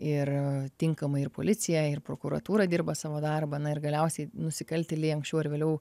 ir tinkamai ir policija ir prokuratūra dirba savo darbą na ir galiausiai nusikaltėliai anksčiau ar vėliau